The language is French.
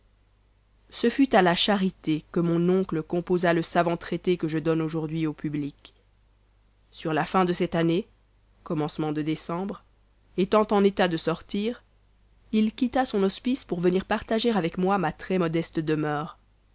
ce fut à la charité que mon oncle composa le savant traité que je donne aujourd'hui au public sur la fin de cette année commencement de décembre étant en état de sortir il quitta son hospice pour venir partager avec moi ma très modeste demeure